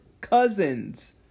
Cousins